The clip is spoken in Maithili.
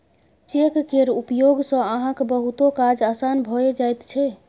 चेक केर उपयोग सँ अहाँक बहुतो काज आसान भए जाइत छै